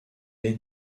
est